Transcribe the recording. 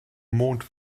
mond